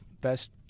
Best